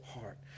heart